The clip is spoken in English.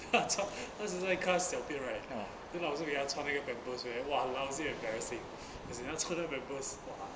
他操刚时在 class 小便 right then 老师给他穿那个 pampers man !wah! lousy embarrassing as in 你要穿到 pampers !wah!